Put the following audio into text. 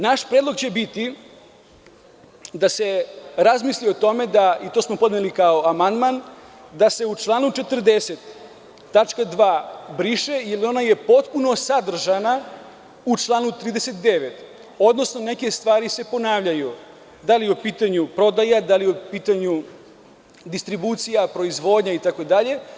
Naš predlog će biti da se razmisli o tome, to smo podneli kao amandman, da se u članu 40. tačka 2. briše jer ona je potpuno sadržana u članu 39, odnosno neke stvari se ponavljaju, da li je u pitanju prodaja ili distribucija, proizvodnja itd.